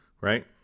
Right